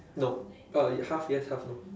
nope uh half yes half no